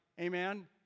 amen